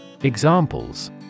Examples